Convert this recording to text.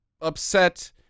upset